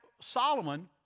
Solomon